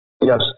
Yes